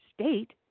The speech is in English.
state